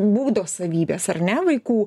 būdo savybės ar ne vaikų